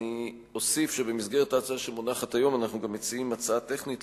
אני אוסיף שבמסגרת ההצעה שמונחת היום אנחנו גם מציעים הצעה טכנית,